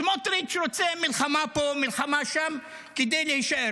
סמוטריץ' רוצה מלחמה פה, מלחמה שם, כדי להישאר.